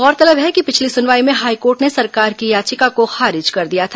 गौरतलब है कि पिछली सुनवाई में हाईकोर्ट ने सरकार की याचिका को खारिज कर दिया था